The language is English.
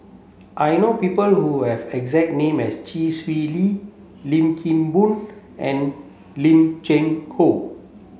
I know people who have exact name as Chee Swee Lee Lim Kim Boon and Lim Cheng Hoe